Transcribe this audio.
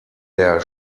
der